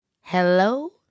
Hello